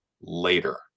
later